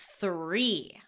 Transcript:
three –